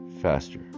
faster